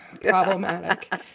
problematic